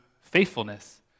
faithfulness